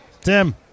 Tim